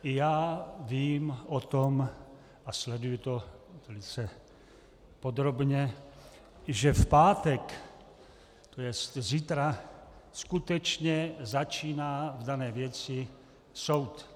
I já vím o tom a sleduji to velice podrobně, že v pátek, to jest zítra, skutečně začíná v dané věci soud.